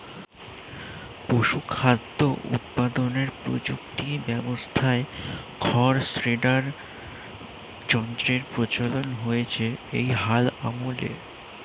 পশুখাদ্য উৎপাদনের প্রযুক্তি ব্যবস্থায় খড় শ্রেডার যন্ত্রের প্রচলন হয়েছে এই হাল আমলে